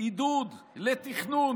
קובע עידוד לתכנון,